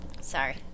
sorry